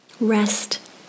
Rest